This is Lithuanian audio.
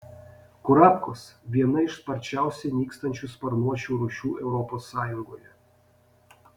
kurapkos viena iš sparčiausiai nykstančių sparnuočių rūšių europos sąjungoje